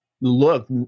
look